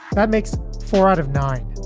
that makes four out of nine.